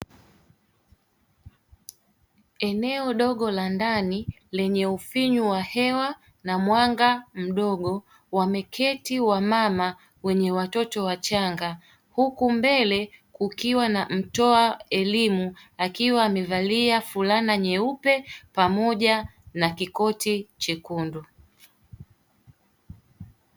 Eneo dogo la ndani, lenye ufinyu wa hewa na mwanga mdogo, wameketi wamama wenye watoto wachanga, huku mbele kukiwa na mtoa elimu akiwa amevalia fulana nyeupe pamoja na kikoti chekundu.